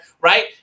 right